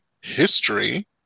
history